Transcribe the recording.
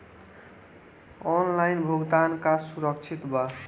Online भुगतान का सुरक्षित बा?